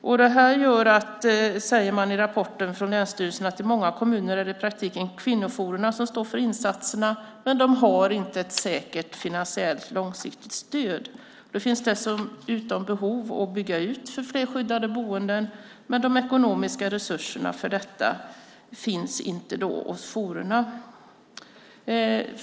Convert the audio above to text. Länsstyrelsen säger i rapporten att detta gör att det i många kommuner i praktiken är kvinnojourerna som står för insatserna. Men de har inte ett säkert finansiellt långsiktigt stöd. Det finns dessutom behov av att bygga ut fler skyddade boenden, men de ekonomiska resurserna för detta finns inte hos jourerna.